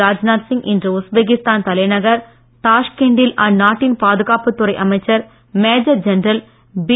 ராஜ்நாத் சிங் இன்று உஸ்பெகிஸ்தான் தலைநகர் தாஷ்கெண்டில் அந்நாட்டின் பாதுகாப்புத் துறை அமைச்சர் மேஜர் ஜெனரல் பி